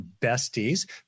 besties